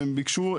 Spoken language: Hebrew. והם ביקשו,